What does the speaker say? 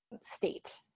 state